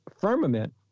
Firmament